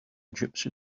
gypsy